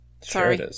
Sorry